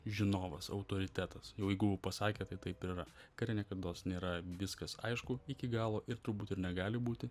žinovas autoritetas jau jeigu pasakė tai taip ir yra kare niekados nėra viskas aišku iki galo ir turbūt ir negali būti